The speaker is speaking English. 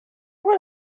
were